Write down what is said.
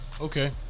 okay